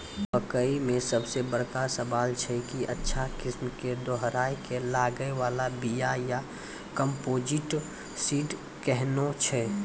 मकई मे सबसे बड़का सवाल छैय कि अच्छा किस्म के दोहराय के लागे वाला बिया या कम्पोजिट सीड कैहनो छैय?